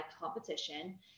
competition